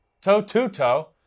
toe-to-toe